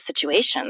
situations